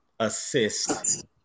assist